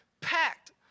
packed